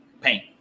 paint